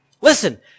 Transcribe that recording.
Listen